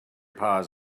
paws